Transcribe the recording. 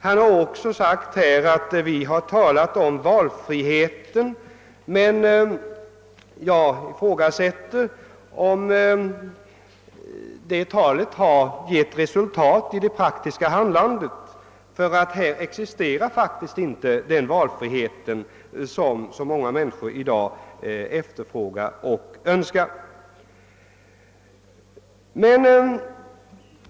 Han har här sagt att vi har talat om valfrihet, men jag ifrågasätter om detta tal givit resultat i det praktiska handlandet, ty här existerar faktiskt inte den valfrihet som så många människor i dag efterfrågar.